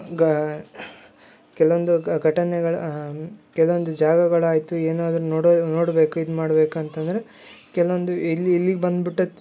ಗಾ ಕೆಲವೊಂದು ಘಟನೆಗಳು ಕೆಲವೊಂದು ಜಾಗಗಳಾಯಿತು ಏನಾದರು ನೋಡೋ ನೋಡ್ಬೇಕು ಇದು ಮಾಡ್ಬೇಕು ಅಂತಂದರೆ ಕೆಲವೊಂದು ಇಲ್ಲಿ ಇಲ್ಲಿಗೆ ಬಂದುಬಿಟ್ಟೇ